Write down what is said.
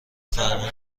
فرمون